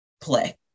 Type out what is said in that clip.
play